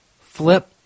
flip